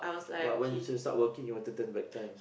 but when should start working you want to turn back time ah